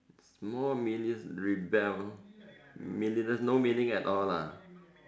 small meaningless rebel meaningless no meaning at all lah